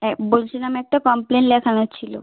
হ্যাঁ বলছিলাম একটা কমপ্লেন লেখানোর ছিলো